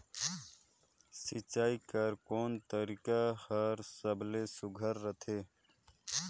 सिंचाई कर कोन तरीका हर सबले सुघ्घर रथे?